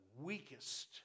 Weakest